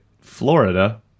Florida